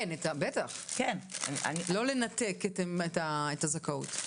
כן, לא לנתק את הזכאות.